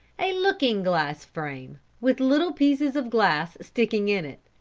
a looking-glass frame, with little pieces of glass sticking in it.